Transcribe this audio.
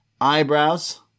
eyebrows